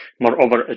Moreover